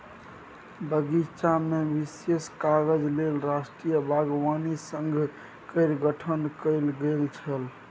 बगीचामे विशेष काजक लेल राष्ट्रीय बागवानी संघ केर गठन कैल गेल छल